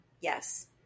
Yes